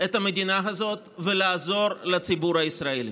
את המדינה הזו ולעזור לציבור הישראלי.